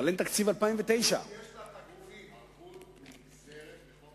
אבל אין תקציב 2009. ערבות נגזרת מחוק